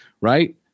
right